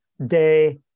day